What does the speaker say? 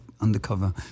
undercover